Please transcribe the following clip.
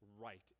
right